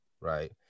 right